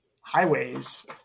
highways